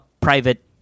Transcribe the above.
private